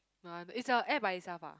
it's a app by itself ah